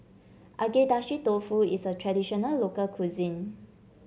Agedashi Dofu is a traditional local cuisine